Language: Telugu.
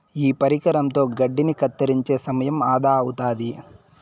ఈ పరికరంతో గడ్డిని కత్తిరించే సమయం ఆదా అవుతాది